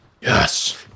Yes